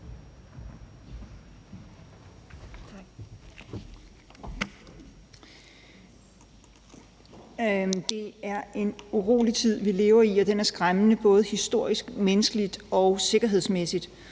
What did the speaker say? Det er en urolig tid, vi lever i, og den er skræmmende, både historisk, menneskeligt og sikkerhedsmæssigt.